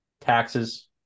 taxes